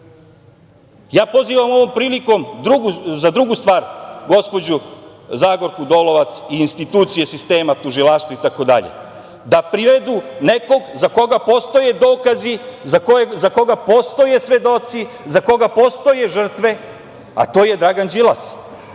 nemamo. Pozivam ovom prilikom za drugu stvar gospođu Zagorku Dolovac i institucije sistema, tužilaštvo itd. da privedu nekog za koga postoje dokazi, za koga postoje svedoci, za koga postoje žrtve, a to je Dragana Đilas,